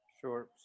Sure